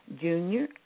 Junior